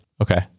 Okay